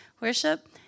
worship